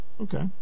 okay